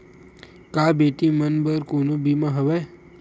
का बेटी मन बर कोनो बीमा हवय?